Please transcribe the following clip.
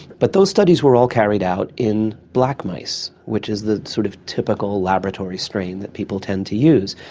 but those studies were all carried out in black mice, which is the sort of typical laboratory strain that people tend to use,